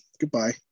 Goodbye